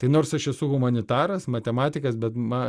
nors aš esu humanitaras matematikas bet ma